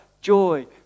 joy